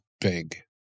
big